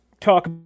talk